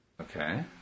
Okay